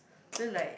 so like